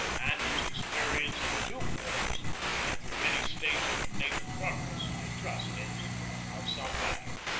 and whose experience in two wars and through many stages of naval progress i trust is of some value.